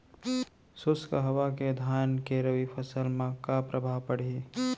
शुष्क हवा के धान के रबि फसल मा का प्रभाव पड़ही?